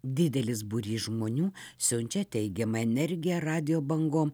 didelis būrys žmonių siunčia teigiamą energiją radijo bangom